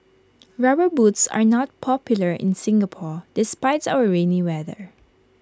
rubber boots are not popular in Singapore despite our rainy weather